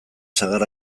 sagar